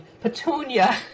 Petunia